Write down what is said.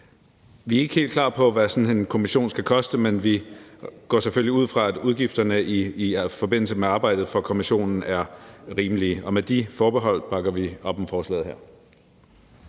Vi er ikke helt klar på, hvad sådan en kommission skal koste, men vi går selvfølgelig ud fra, at udgifterne i forbindelse med arbejdet for kommissionen er rimelige. Og med de forbehold bakker vi op om forslaget her.